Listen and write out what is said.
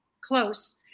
close